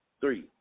Three